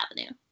Avenue